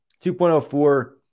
2.04